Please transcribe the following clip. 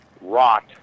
rot